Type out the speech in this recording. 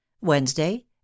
Wednesday